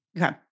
Okay